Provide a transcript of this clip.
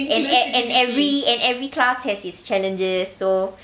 and and and every and every class has its challenges so